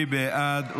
מי בעד?